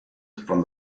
from